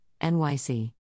NYC